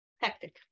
hectic